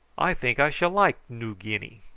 i think i shall like noo guinea.